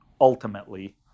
ultimately